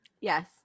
Yes